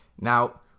Now